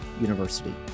University